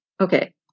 okay